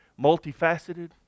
multifaceted